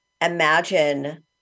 imagine